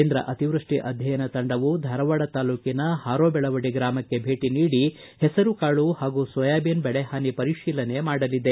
ಕೇಂದ್ರ ಅತಿವ್ನಷ್ಷಿ ಅಧ್ಯಯನ ತಂಡವು ಧಾರವಾಡ ತಾಲೂಕಿನ ಹಾರೋಬೆಳವಡಿ ಗ್ರಾಮಕ್ಕೆ ಭೇಟಿ ನೀಡಿ ಹೆಸರು ಕಾಳು ಹಾಗೂ ಸೋಯಾಬಿನ್ ಬೆಳೆಹಾನಿ ಪರಿಶೀಲನೆ ಮಾಡುವರು